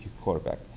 quarterback